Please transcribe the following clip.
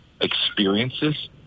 experiences